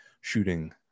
shooting